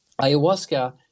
Ayahuasca